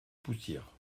poussières